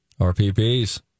RPPs